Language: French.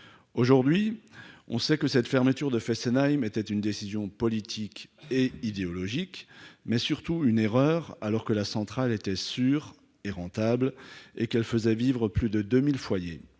Aujourd'hui, on sait que la fermeture de Fessenheim était une décision politique et idéologique, mais surtout une erreur alors que la centrale était sûre, rentable et qu'elle faisait vivre plus de 2 000 foyers.